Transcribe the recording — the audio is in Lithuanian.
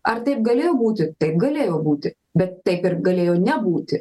ar taip galėjo būti taip galėjo būti bet taip ir galėjo nebūti